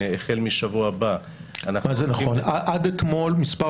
החל משבוע הבא אנחנו --- עד אתמול מספר